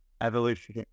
evolution